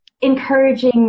encouraging